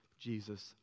Jesus